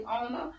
owner